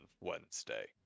Wednesday